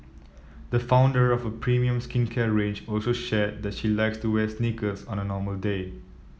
the founder of a premium skincare range also shared that she likes to wear sneakers on a normal day